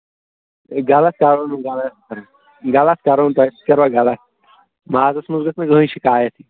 غلط کرو نہٕ غلط کرُن غلط کَرو نہٕ تۄہہِ سۭتۍ کَرٕوا غلط مازَس منٛز گژھِ نہٕ کٕہۭنۍ شِکایَت یِنۍ